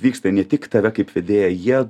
vyksta ne tik tave kaip vedėją jie